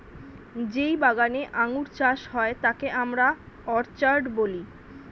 যেই বাগানে আঙ্গুর চাষ হয় তাকে আমরা অর্চার্ড বলি